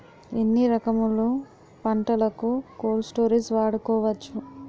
ఎన్ని రకములు పంటలకు కోల్డ్ స్టోరేజ్ వాడుకోవచ్చు?